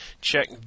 check